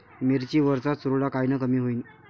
मिरची वरचा चुरडा कायनं कमी होईन?